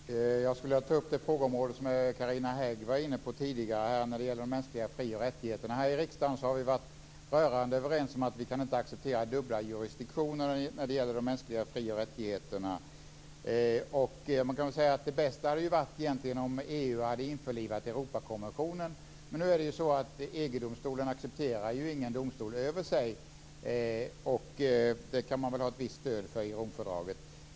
Fru talman! Jag skulle vilja ta upp en fråga som Carina Hägg tidigare var inne på, om de mänskliga fri och rättigheterna. Här i riksdagen har vi varit rörande överens om att vi inte kan acceptera dubbla jurisdiktioner när det gäller de mänskliga fri och rättigheterna. Det bästa hade varit om EU hade införlivat Europakonventionen. Men EG-domstolen accepterar ingen domstol över sig, och den inställningen kan man väl ha ett visst stöd för i Romfördraget.